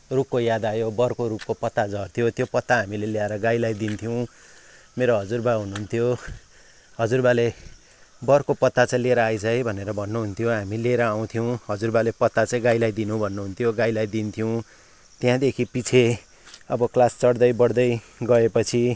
रुखको याद आयो वरको रुखको पत्ता झर्थ्यो त्यो पत्ता हामीले ल्याएर गाईलाई दिन्थ्यौँ मेरो हजुरबा हुनुहुन्थ्यो हजुरबाले वरको पत्ता चाहिँ लिएर आइज है भनेर भन्नुहुन्थ्यो हामी लिएर आउँथ्यौँ हजुरबाले पत्ता चाहिँ गाईलाई दिनु भन्नुहुन्थ्यो गाईलाई दिन्थ्यौँ त्यहाँदेखि पिछे अब क्लास चढ्दै बढ्दै गएपछि